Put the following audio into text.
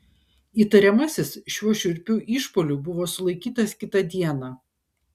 įtariamasis šiuo šiurpiu išpuoliu buvo sulaikytas kitą dieną